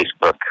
Facebook